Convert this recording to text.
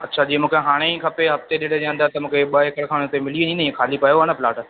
अच्छा जीअं मूंखे हाणे ई खपे हफ़्ते डेढ जे अंदरि त मूंखे ॿ एकड़ खण हिते मिली वेंदी नी ख़ाली पियो आहे न प्लाट